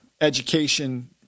education